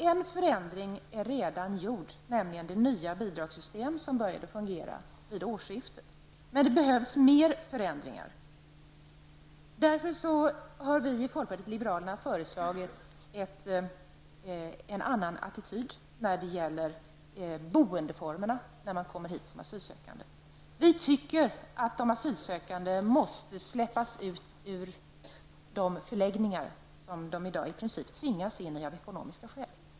En förändring är redan gjord, nämligen det nya bidragssystem som börjat fungera vid årsskiftet. Men det behövs fler förändringar. Därför har vi i folkpartiet liberalerna föreslagit en annan attityd när det gäller boendeformerna för dem som kommer hit som asylsökande. Vi tycker att de asylsökande måste släppas ut ur de förläggningar som de i dag i princip tvingas in i av ekonomiska skäl.